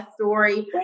story